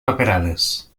paperades